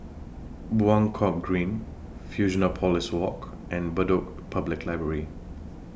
Buangkok Green Fusionopolis Walk and Bedok Public Library